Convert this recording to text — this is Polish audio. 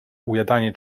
ujadanie